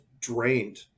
drained